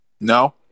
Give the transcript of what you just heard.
No